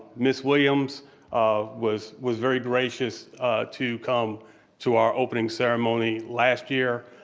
miss williams um was was very gracious to come to our opening ceremony last year.